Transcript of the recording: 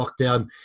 lockdown